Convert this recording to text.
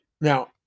Now